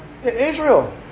Israel